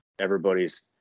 everybody's